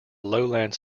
lowland